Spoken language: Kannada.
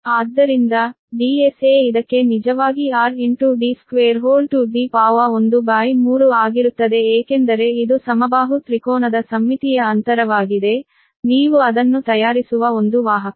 ಆದ್ದರಿಂದ DSA ಇದಕ್ಕೆ ನಿಜವಾಗಿ 13 ಆಗಿರುತ್ತದೆ ಏಕೆಂದರೆ ಇದು ಸಮಬಾಹು ತ್ರಿಕೋನದ ಸಮ್ಮಿತೀಯ ಅಂತರವಾಗಿದೆ ನೀವು ಅದನ್ನು ತಯಾರಿಸುವ ಒಂದು ವಾಹಕ